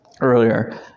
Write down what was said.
earlier